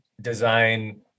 design